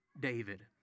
David